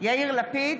יאיר לפיד,